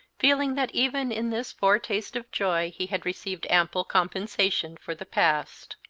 feeling that even in this foretaste of joy he had received ample compensation for the past.